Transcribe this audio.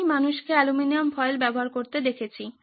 আমি মানুষকে aluminium foil ব্যবহার করতে দেখেছি